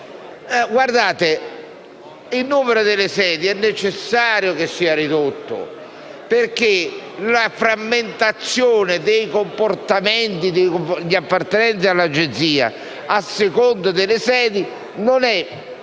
il numero delle sedi deve necessariamente essere ridotto, perché la frammentazione dei comportamenti degli appartenenti all'Agenzia a seconda delle sedi non è tale